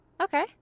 Okay